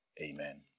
Amen